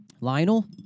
Lionel